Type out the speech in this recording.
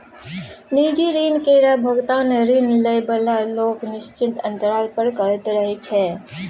निजी ऋण केर भोगतान ऋण लए बला लोक निश्चित अंतराल पर करैत रहय छै